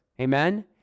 Amen